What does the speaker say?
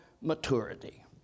maturity